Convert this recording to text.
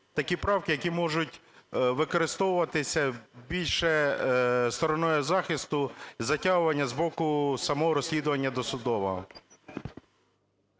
такі правки, які можуть використовуватися більше стороною захисту і затягування з боку самого розслідування досудового.